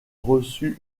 reçu